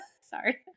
Sorry